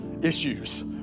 issues